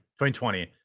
2020